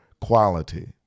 quality